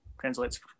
Translates